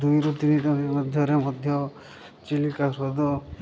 ଦୁଇରୁ ମଧ୍ୟରେ ମଧ୍ୟ ଚିଲିକାହ୍ରଦ